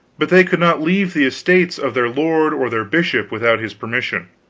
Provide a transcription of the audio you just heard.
but they could not leave the estates of their lord or their bishop without his permission